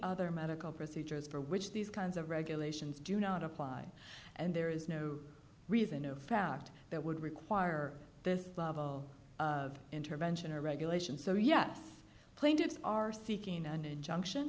other medical procedures for which these kinds of regulations do not apply and there is no reason no fact that would require this level of intervention or regulation so yes plaintiffs are seeking an injunction